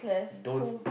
don't